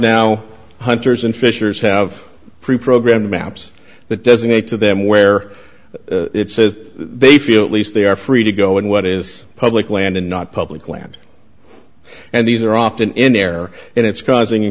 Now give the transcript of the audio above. now hunters and fishers have preprogrammed maps that doesn't get to them where it says they feel least they are free to go in what is public land and not public land and these are often in there and it's causing